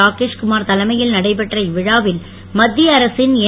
ராகேஷ் குமார் தலைமையில் நடைபெற்ற இவ்விழாவில் மத்திய அரசின் என்